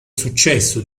successo